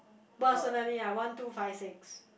personally ah one two five six